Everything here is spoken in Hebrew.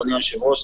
אדוני היושב-ראש,